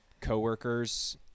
co-workers